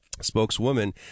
spokeswoman